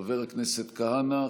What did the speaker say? חבר הכנסת כהנא,